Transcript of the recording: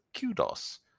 kudos